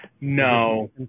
No